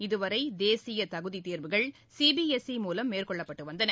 இதுவரை தேசிய தகுதித் தேர்வுகள் சிபிஎஸ்ஈ மூவம் மேற்கொள்ளப்பட்டு வந்தன